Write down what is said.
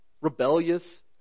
rebellious